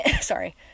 Sorry